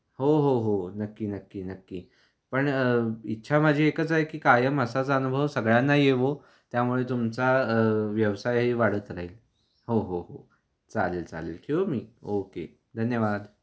हो हो हो नक्की नक्की नक्की पण इच्छा माझी एकच आहे की कायम असाच अनुभव सगळ्यांना येवो त्यामुळे तुमचा व्यवसायही वाढत राहील हो हो हो चालेल चालेल ठेवू मी ओके धन्यवाद